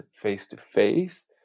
face-to-face